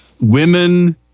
Women